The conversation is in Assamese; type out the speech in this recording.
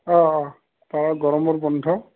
অঁ অঁ তাৰ গৰমৰ বন্ধ